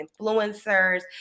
influencers